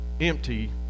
empty